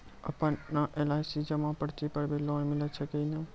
आपन एल.आई.सी जमा पर्ची पर भी लोन मिलै छै कि नै?